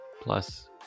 Plus